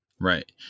Right